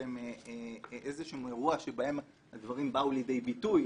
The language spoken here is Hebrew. איזשהו אירוע שבו הדברים באו לידי ביטוי,